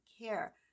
care